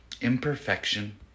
Imperfection